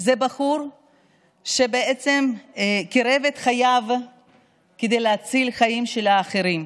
בחור שבעצם הקריב את חייו כדי להציל חיים של אחרים.